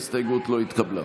ההסתייגות לא התקבלה.